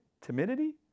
timidity